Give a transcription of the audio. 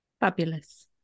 fabulous